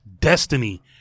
destiny